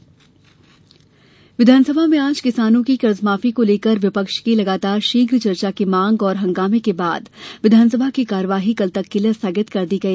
विधानसभा विधानसभा में आज किसानों की कर्जमाफी को लेकर विपक्ष की लगातार शीघ्र चर्चा की मांग और हंगामे के बाद के बाद विधानसभा की कार्यवाई कल तक के लिये स्थगित कर दी गई